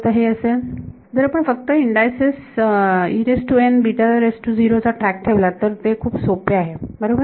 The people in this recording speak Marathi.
तर हे असेल जर आपण फक्त इंडायसेस चा ट्रॅक ठेवलात तर हे खूप सोपे आहे बरोबर